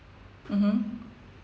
mmhmm